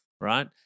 right